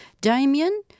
Damien